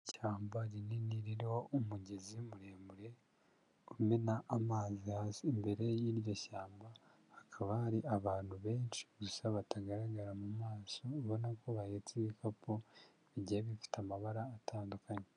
Ishyamba rinini ririho umugezi muremure umena amazi. Hasi imbere y'iryo shyamba hakaba hari abantu benshi gusa batagaragara mu maso, ubona ko bahetse ibikapu bigiye bifite amabara atandukanye.